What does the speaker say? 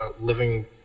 living